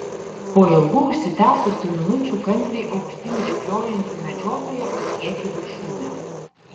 po ilgų užsitęsusių minučių kantriai aukštyn rėpliojanti medžiotoja pasiekė viršūnę